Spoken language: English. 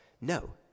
No